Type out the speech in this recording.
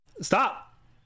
Stop